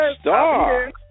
Star